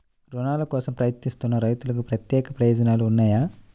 రుణాల కోసం ప్రయత్నిస్తున్న రైతులకు ప్రత్యేక ప్రయోజనాలు ఉన్నాయా?